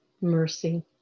mercy